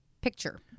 Picture